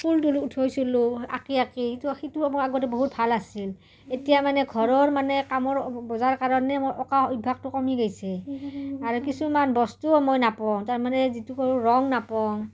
আঁকি আঁকি সিটো সিটো আগতে বহুত ভাল আছিল এতিয়া মানে ঘৰৰ মানে কামৰ বজাৰ কাৰণে মোৰ অঁকা অভ্যাসটো কমি গৈছে আৰু কিছুমান বস্তুও মই নাপাওঁ তাৰমানে যিটো কৰো ৰং নাপাওঁ